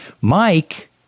Mike